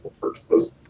purchases